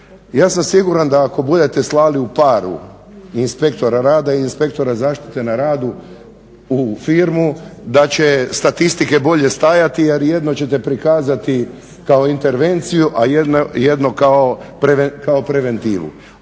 Ja sam siguran da ako budete slali u paru inspektora rada i inspektora zaštite na radu u firmu da će statistike bolje stajati, jer jedno ćete prikazati kao intervenciju, a jedno kao preventivu.